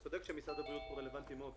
אתה צודק שמשרד הבריאות רלווונטי פה מאוד.